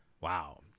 Wow